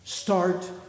Start